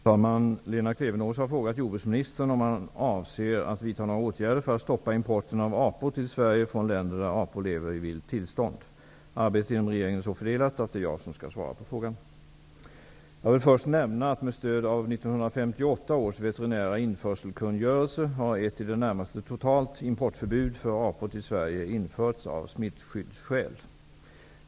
Fru talman! Lena Klevenås har frågat jordbruksministern om han avser att vidta några åtgärder för att stoppa importen av apor till Sverige från länder där apor lever i vilt tillstånd. Arbetet inom regeringen är så fördelat att det är jag som skall svara på frågan. Jag vill först nämna att med stöd av 1958 års veterinära införselkungörelse har ett i det närmaste totalt importförbud för apor till Sverige införts av smittskyddsskäl.